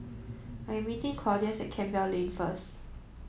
I am meeting Claudius at Campbell Lane first